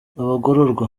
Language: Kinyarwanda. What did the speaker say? abagororwa